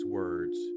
words